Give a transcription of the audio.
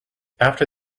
after